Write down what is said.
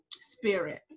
spirit